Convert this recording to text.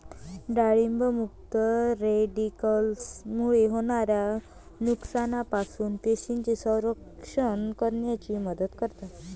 डाळिंब मुक्त रॅडिकल्समुळे होणाऱ्या नुकसानापासून पेशींचे संरक्षण करण्यास मदत करतात